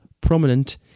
prominent